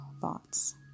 thoughts